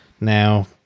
now